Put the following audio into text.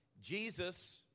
Jesus